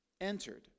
entered